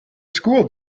school